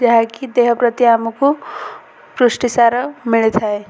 ଯାହାକି ଦେହ ପ୍ରତି ଆମକୁ ପୃଷ୍ଟିସାର ମିଳିଥାଏ